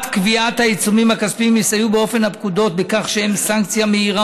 קביעת העיצומים הכספיים תסייע באכיפת הפקודה בכך שהם סנקציה מהירה,